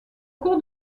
cours